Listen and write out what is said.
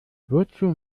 wozu